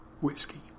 whiskey